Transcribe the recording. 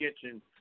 kitchen